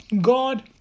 God